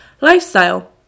lifestyle